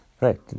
Right